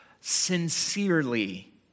sincerely